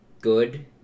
good